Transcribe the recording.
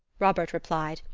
robert replied,